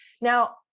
now